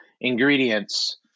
ingredients